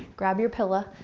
grab your pillow,